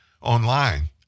online